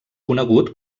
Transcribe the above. conegut